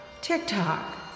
TikTok